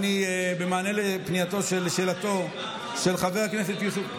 במענה על שאלתו של חבר הכנסת יוסף,